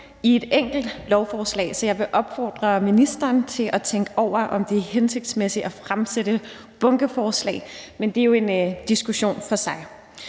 i et enkelt lovforslag, så jeg vil opfordre ministeren til at tænke over, om det er hensigtsmæssigt at fremsætte bunkeforslag. Men det er jo en diskussion for sig.